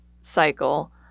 cycle